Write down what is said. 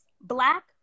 black